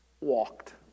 walked